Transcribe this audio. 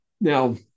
Now